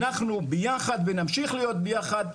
אנחנו ביחד, ונמשיך להיות ביחד,